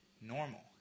normal